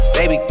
Baby